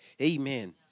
Amen